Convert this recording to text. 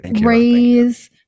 raise